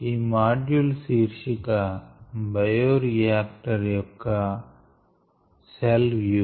ఈ మాడ్యూల్ శీర్షిక బయోరియాక్టర్ యొక్క సెల్ వ్యూ